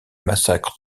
massacre